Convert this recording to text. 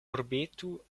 urbeto